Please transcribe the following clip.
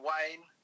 Wayne